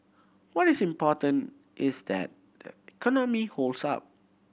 what is important is that the economy holds up